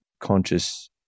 conscious